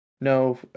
No